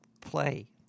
play